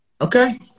Okay